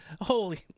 Holy